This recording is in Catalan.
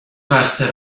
vastes